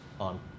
on